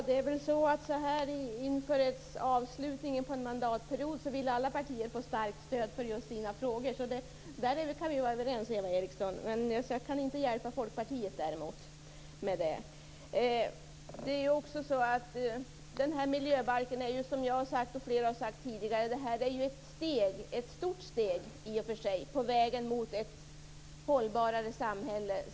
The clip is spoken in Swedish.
Fru talman! Inför avslutningen på en mandatperiod vill alla partier få starkt stöd för just sina frågor. Där kan vi vara överens, Eva Eriksson. Jag kan däremot inte hjälpa Folkpartiet med det. Miljöbalken är, som jag och flera andra har sagt tidigare, ett stort steg på vägen mot ett hållbarare samhälle.